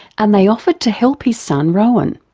and they offered to help his son, rowan.